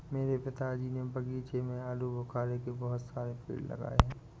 मेरे पिताजी ने बगीचे में आलूबुखारे के बहुत सारे पेड़ लगाए हैं